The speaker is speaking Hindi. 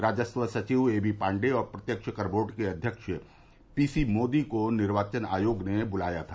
राजस्व सचिव ए बी पांडे और प्रत्यक्ष कर बोर्ड के अध्यक्ष पी सी मोदी को निर्वाचन आयोग ने बुलाया था